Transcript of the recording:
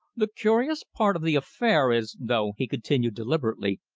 the curious part of the affair is, though, he continued deliberately,